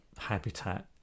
habitat